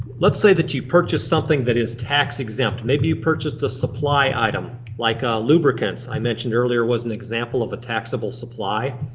let's say that you purchase something that is tax exempt. maybe you purchased a supply item like ah lubricants i mentioned earlier was an example of a taxable supply.